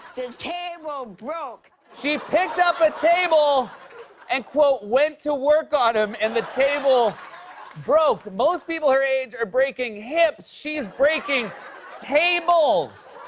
the table broke. she picked up a table and went to work on him and the table broke. most people her age are breaking hips. she's breaking tables!